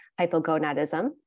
hypogonadism